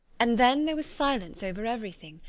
and then there was silence over everything,